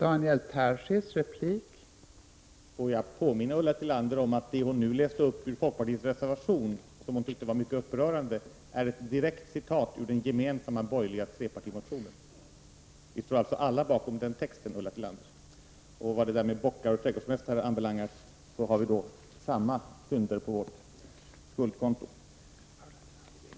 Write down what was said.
Fru talman! Får jag påminna Ulla Tillander om att det hon nu läste upp ur folkpartiets reservation och som hon tyckte var mycket upprörande är ett citat ur den gemensamma borgerliga trepartimotionen. Vi står alltså alla bakom den texten, Ulla Tillander. Vad bockar och trädgårdsmästare anbelangar så har vi alltså samma synder på vårt skuldkonto.